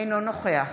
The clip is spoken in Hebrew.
אינו נוכח